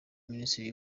minisiteri